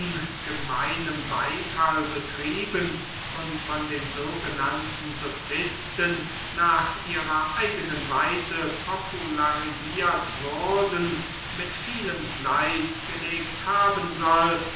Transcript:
ungemeinem beyfall betrieben und von den sogenannten sofisten nach ihrer eigenen weise popularisiert wurden mit vielem fleiß gelegt haben soll